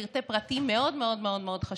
פרטי-פרטים חשובים מאוד מאוד.